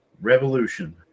Revolution